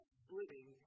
splitting